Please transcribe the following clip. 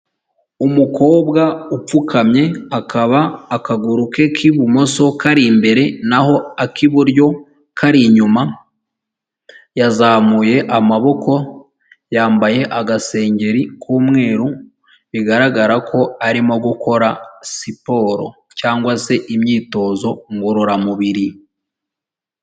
Umukobwa upfukamye akaba akaguru ke k'ibumoso kari imbere na ho ak'iburyo kari inyuma, yazamuye amaboko, yambaye agasengeri k'umweru bigaragara ko arimo gukora siporo cyangwa se imyitozo ngororamubiri.